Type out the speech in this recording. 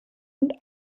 und